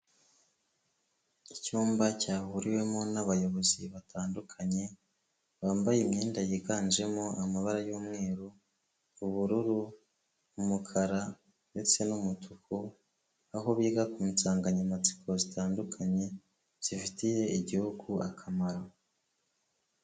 Icyumba cyahuriwemo n'abayobozi batandukanye bambaye imyenda yiganjemo amabara y'umweru, ubururu, umukara ndetse n'umutuku, aho biga ku nsanganyamatsiko zitandukanye zifitiye igihugu akamaro.